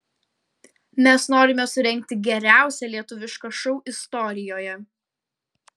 mes norime surengti geriausią lietuvišką šou istorijoje